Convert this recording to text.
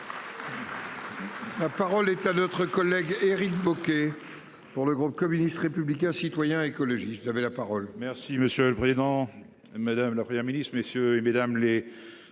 La parole est à notre collègue Éric Bocquet pour le groupe communiste, républicain, citoyen et écologiste avait la parole.